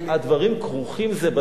הדברים כרוכים זה בזה,